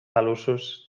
talussos